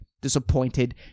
disappointed